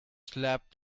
slapped